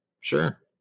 sure